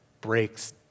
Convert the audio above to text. breaks